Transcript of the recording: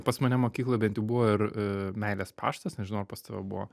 pas mane mokykloj bent jau buvo ir meilės paštas nežinau ar pas tave buvo